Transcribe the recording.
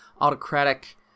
autocratic